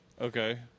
Okay